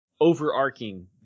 Overarching